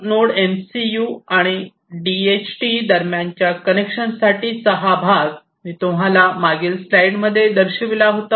मग node MCU आणि DHT दरम्यानच्या कनेक्शनसाठी चा हा भाग मी तुम्हाला मागील स्लाइडमध्ये दर्शविला आहे